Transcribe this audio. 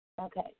Okay